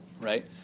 right